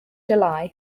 july